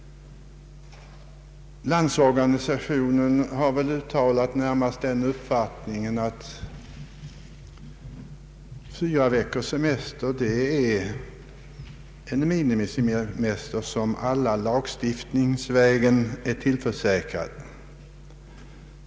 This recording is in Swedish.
Landsorganisationen har väl närmast den uppfattningen att fyra veckors semester är en minimisemester som alla lagstiftningsvägen är tillförsäkrade.